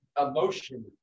emotion